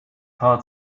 heart